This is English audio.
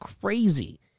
crazy